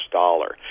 dollar